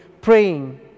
praying